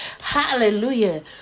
Hallelujah